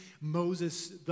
Moses